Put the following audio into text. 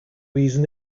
reason